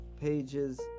Pages